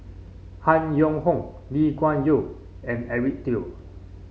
Han Yong Hong Lee Kuan Yew and Eric Teo